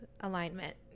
alignment